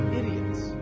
idiots